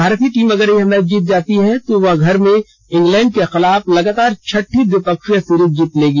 भारतीय टीम अगर यह मैच जीत जाती है तो वह घर में इंग्लैंड के खिलाफ लगातार छठी द्विपक्षीय सीरीज जीत लेगी